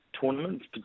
tournaments